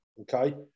okay